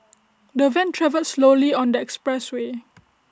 the van travelled slowly on the expressway